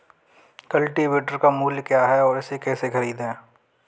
Cultivator का मूल्य क्या है और इसे कैसे खरीदें?